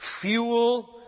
fuel